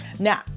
Now